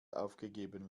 aufgegeben